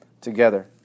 together